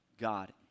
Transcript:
God